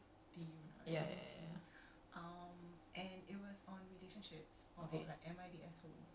mm